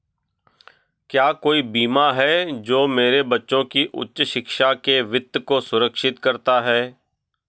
क्या कोई बीमा है जो मेरे बच्चों की उच्च शिक्षा के वित्त को सुरक्षित करता है?